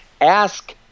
Ask